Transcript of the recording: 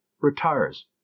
retires